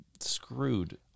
screwed